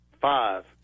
five